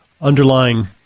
underlying